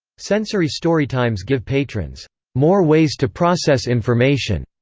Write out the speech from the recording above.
sensory storytimes give patrons more ways to process information,